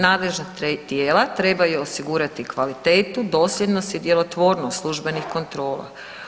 Nadležna tijela trebaju osigurati kvalitetu, dosljednost i djelotvornost službenih kontrola.